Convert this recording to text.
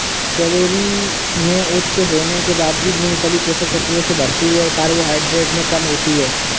calorie में उच्च होने के बावजूद, मूंगफली पोषक तत्वों से भरपूर और कार्बोहाइड्रेट में कम होती है